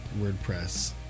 WordPress